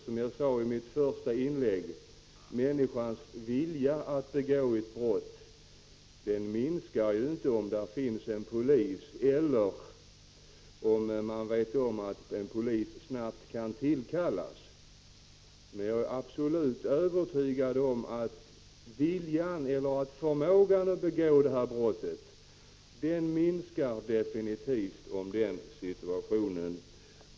Som jag sade i mitt första inlägg: Människans vilja att begå ett brott minskar inte om det finns en polis till hands eller om man vet om en polis snabbt kan tillkallas. Men jag är absolut övertygad om att förmågan att begå brottet definitivt minskar i den situationen.